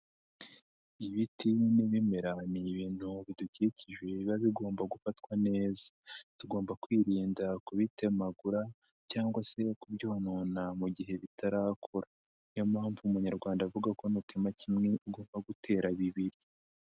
Ibiti n'ibimera ni ibintu mu bidukikije biba bigomba gufatwa neza tugomba kwirinda kubitemagura cyangwa se kubyonona mu gihe bitarakura niyo mpamvu umunyarwanda avuga ko n'utema kimwe ugomba gutera bibiri.